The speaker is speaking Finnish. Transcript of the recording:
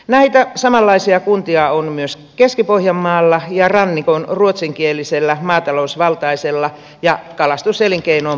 näitä samanlaisia kuntia on myös keski pohjanmaalla ja rannikon ruotsinkielisellä maatalousvaltaisella ja kalastuselinkeinoon pohjautuvalla alueella